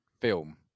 film